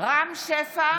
רם שפע,